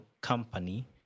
company